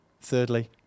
Thirdly